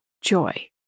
joy